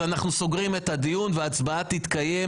אז אנחנו סוגרים את הדיון וההצבעה תתקיים,